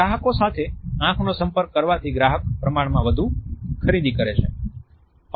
ગ્રાહકો સાથે આંખનો સંપર્ક કરવાથી ગ્રાહક પ્રમાણમાં વધુ ખરીદી કરે છે